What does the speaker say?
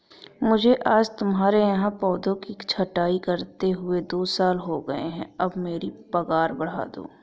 मुझे आज तुम्हारे यहाँ पौधों की छंटाई करते हुए दो साल हो गए है अब मेरी पगार बढ़ा दो